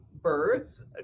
birth